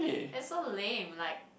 that's so lame like